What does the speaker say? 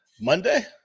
Monday